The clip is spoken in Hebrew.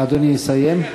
אדוני יסיים.